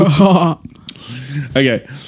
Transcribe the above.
Okay